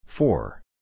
Four